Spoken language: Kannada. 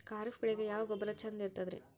ಖರೀಪ್ ಬೇಳಿಗೆ ಯಾವ ಗೊಬ್ಬರ ಚಂದ್ ಇರತದ್ರಿ?